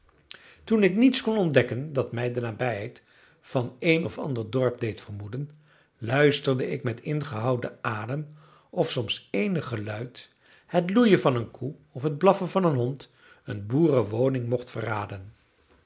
toen ik niets kon ontdekken dat mij de nabijheid van een of ander dorp deed vermoeden luisterde ik met ingehouden adem of soms eenig geluid het loeien van eene koe of het blaffen van een hond een boerenwoning mocht verraden